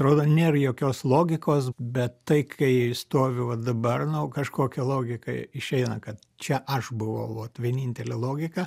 atrodo nėr jokios logikos bet tai kai stoviu vat dabar nu kažkokia logika išeina kad čia aš buvau vot vienintelė logika